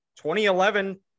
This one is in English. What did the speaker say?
2011